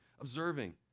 observing